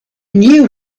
knew